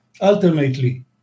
alternately